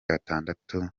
atandatu